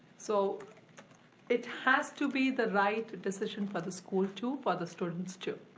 so it has to be the right decision for the school too, for the students too.